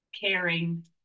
caring